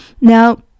Now